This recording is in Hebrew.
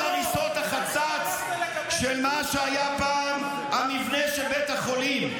הריסות החצץ של מה שהיה פעם המבנה של בית החולים.